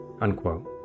unquote